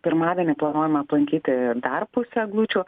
pirmadienį planuojame aplankyti dar pusę eglučių